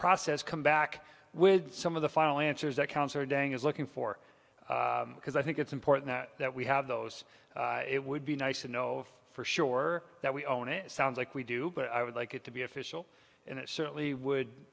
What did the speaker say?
process come back with some of the final answers that counselor dang is looking for because i think it's important that we have those it would be nice to know for sure that we own it sounds like we do but i would like it to be official and it certainly would